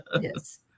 Yes